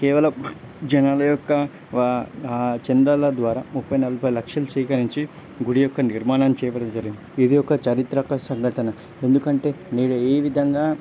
కేవలం జనాల యొక్క వా చందాల ద్వారా ముప్పై నలఫై లక్షలు స్వీకరించి గుడి యొక్క నిర్మాణం చేపట్టడం జరిగింది ఇది ఒక చారిత్రక సంఘటన ఎందుకంటే నేడు ఈ విధంగా